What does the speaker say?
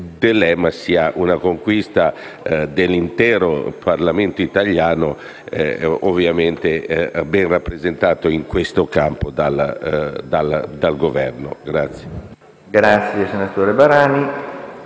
sia una conquista dell'intero Parlamento italiano, ovviamente ben rappresentato in questo campo dal Governo.